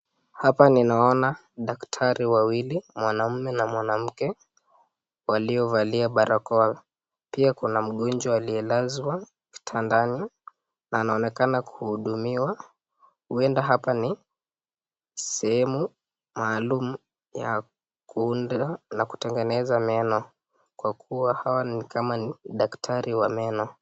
Hapa ninaona daktari wawili, mwanaume na mwanamke waliovalia barakoa, pia kuna mgonjwa aliyelazwa kitandani na anaonekana kuhudumiwa huwenda hapa ni sehemu maalumu ya kuunda na kutengeneza meno kwa kuwa hawa ni kama ni daktari wa meno.